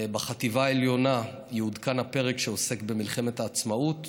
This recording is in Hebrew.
בחטיבה העליונה יעודכן הפרק שעוסק במלחמת העצמאות,